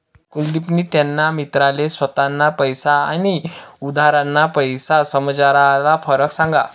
कुलदिपनी त्याना मित्रले स्वताना पैसा आनी उधारना पैसासमझारला फरक सांगा